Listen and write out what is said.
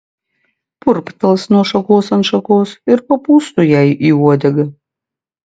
purptels nuo šakos ant šakos ir papūsk tu jai į uodegą